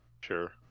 Sure